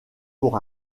pour